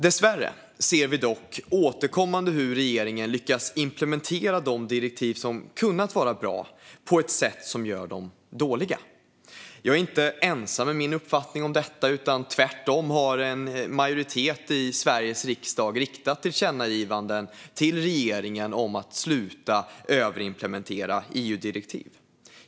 Dessvärre ser vi dock återkommande hur regeringen lyckas implementera de direktiv som hade kunnat vara bra på ett sätt som gör dem dåliga. Jag är inte ensam om min uppfattning om detta - tvärtom har en majoritet i Sveriges riksdag riktat tillkännagivanden till regeringen om att sluta överimplementera EU-direktiv.